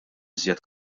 iżjed